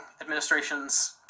administrations